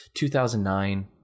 2009